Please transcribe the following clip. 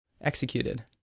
executed